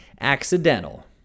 accidental